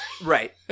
Right